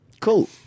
Cool